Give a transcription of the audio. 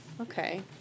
Okay